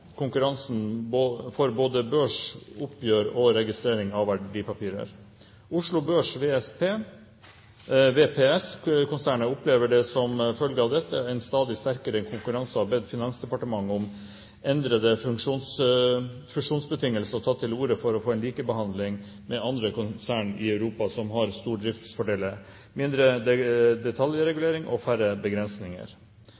konkurransen for oppgjør og registrering av verdipapirer, er under utarbeidelse. Samtidig er kravene til rask og moderne teknologi i en kraftig forandring. Konsernet opplever som følge av dette en sterk konkurranse og har bedt Finansdepartementet om endrede fusjonsbetingelser og tatt til orde for å få en likebehandling med tilsvarende aktører i Europa – dette uten at det har